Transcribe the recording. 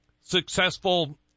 successful